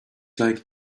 like